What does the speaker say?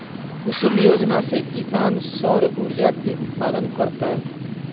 कुसुम योजना से किसान सौर ऊर्जा के उत्पादन करतय